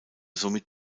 somit